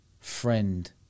friend